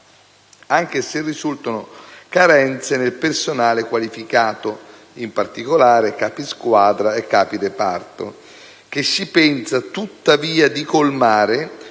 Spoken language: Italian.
anche se risultano carenze nel personale qualificato (in particolare capi squadra e capi reparto), che si pensa tuttavia di colmare